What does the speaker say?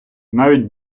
навіть